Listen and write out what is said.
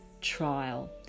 trial